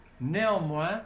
néanmoins